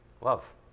Love